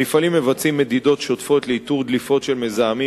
המפעלים מבצעים מדידות שוטפות לאיתור דליפות של מזהמים